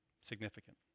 Significant